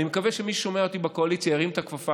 אני מקווה שמי ששומע אותי בקואליציה ירים את הכפפה.